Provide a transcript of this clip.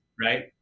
right